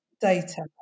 data